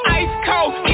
ice-cold